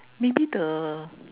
maybe the